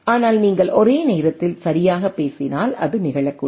ஆனால் நீங்கள் ஒரே நேரத்தில் சரியாகப் பேசினால் அது நிகழக்கூடும்